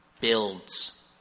builds